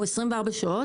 הוא 24 שעות,